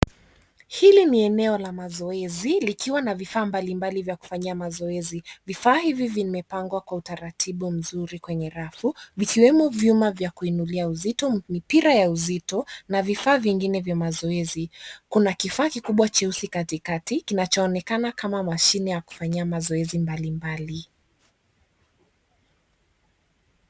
Hili ni eneo la mazoezi likiwa na vifaa mbalimbali za kufanyia mazoezi. Vifaa hivi vimepangwa kwa utaratibu mzuri kwenye rafu vikiwemo vyuma vya kuinulia uzito, mipira ya uzito na vifaa vingine vya mazoezi. Kuna kifaa kikubwa cheusi katikati kinachoonekana kama mashine ya kufanyia mazoezi mbalimbali.